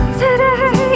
today